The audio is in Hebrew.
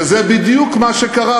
שזה בדיוק מה שקרה,